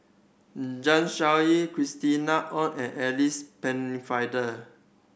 Zeng Shouyin Christina Ong and Alice Pennefather